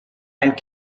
and